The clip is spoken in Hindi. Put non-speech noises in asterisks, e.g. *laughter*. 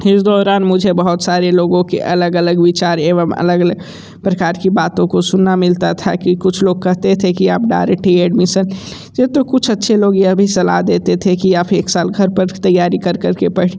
इस दौरान मुझे बहुत सारे लोगों के अलग अलग विचार एवं अलग अलग प्रकार की बातों को सुनना मिलता था कि कुछ लोग कहते थे कि आप डायरेक्ट ही एडमीसन *unintelligible* तो कुछ अच्छे लोग ये भी सलाह देते थे कि आप एक साल घर पर तैयारी कर करके पढ़